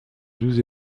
douze